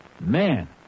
Man